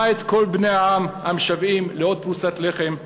את קול בני העם המשוועים לעוד פרוסת לחם,